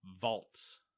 vaults